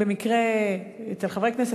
במקרה אצל חברי כנסת,